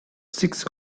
six